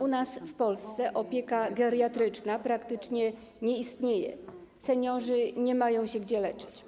U nas w Polsce opieka geriatryczna praktycznie nie istnieje, seniorzy nie mają gdzie się leczyć.